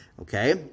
okay